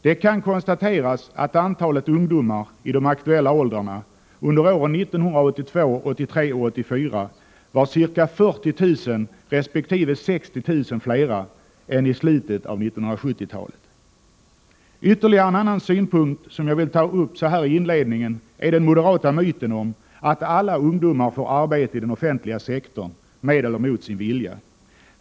Det kan konstateras att antalet ungdomar i de aktuella åldrarna under åren 1982, 1983 och 1984 var ca 40 000 resp. 60 000 flera än i slutet av 1970-talet. En annan synpunkt som jag vill ta upp så här i inledningen är den moderata myten om att alla ungdomar får arbete i den offentliga sektorn, med eller mot sin vilja.